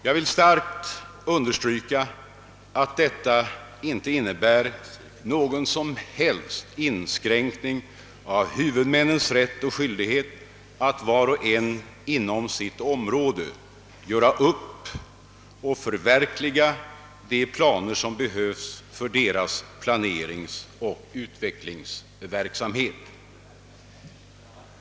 Jag vill starkt understryka att detta inte innebär någon som helst inskränkning av huvudmännens rätt och skyldighet att var och en inom sitt område göra upp och förverkliga de planer som behövs för deras planeringsoch utvecklingsverksamhet.